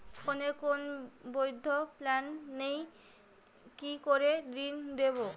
ফোনে কোন বৈধ প্ল্যান নেই কি করে ঋণ নেব?